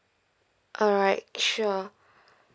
alright sure